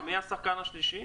מי השחקן השלישי?